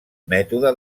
mètode